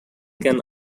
can